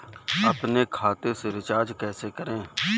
अपने खाते से रिचार्ज कैसे करें?